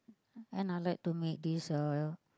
and I like to make this uh